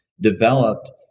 developed